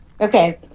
Okay